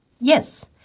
Yes